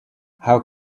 how